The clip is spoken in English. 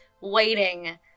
waiting